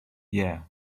yeah